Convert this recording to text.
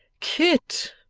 kit,